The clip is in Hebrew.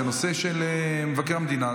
זה נושא של מבקר המדינה,